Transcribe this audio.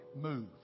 Move